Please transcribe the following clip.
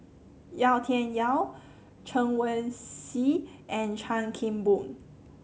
Yau Tian Yau Chen Wen Hsi and Chan Kim Boon